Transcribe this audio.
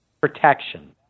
protection